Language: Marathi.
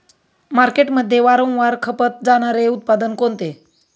मार्केटमध्ये वारंवार खपत होणारे उत्पादन कोणते?